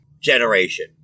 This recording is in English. generation